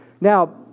Now